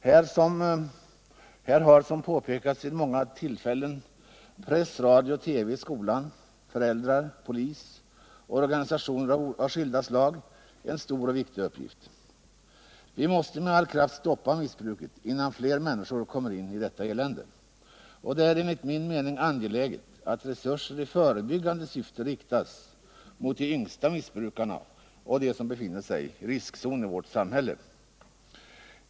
Här har, som påpekats vid många tillfällen, press, radio och TV, skola, föräldrar, polis och organisationer av skilda slag en stor och viktig uppgift. Vi måste med all kraft stoppa missbruket innan fler människor kommer in i detta elände. Det är enligt min mening angeläget att resurser i förebyggande syfte riktas mot de yngsta missbrukarna och mot dem som befinner sig i riskzonen i vårt samhälle.